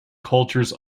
cultures